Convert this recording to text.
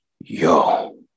Yo